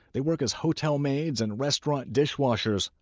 they work as hotel maids and restaurant dishwashers.